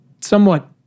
somewhat